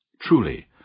Truly